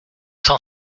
cent